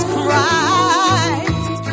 Christ